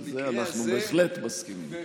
על זה אנחנו בהחלט מסכימים.